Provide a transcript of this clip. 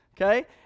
okay